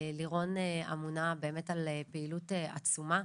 לירון אמונה באמת על פעילות עצומה,